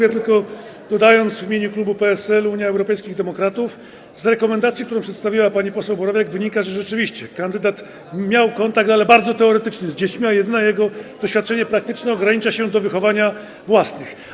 Ja tylko chcę dodać w imieniu klubu PSL - Unii Europejskich Demokratów, że z rekomendacji, którą przedstawiła pani poseł Borowiak, wynika, iż rzeczywiście kandydat miał kontakt z dziećmi, ale bardzo teoretyczny, a jedyne jego doświadczenie praktyczne ogranicza się do wychowania własnych.